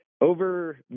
Over